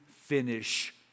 finish